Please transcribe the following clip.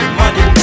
money